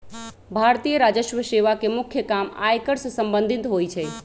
भारतीय राजस्व सेवा के मुख्य काम आयकर से संबंधित होइ छइ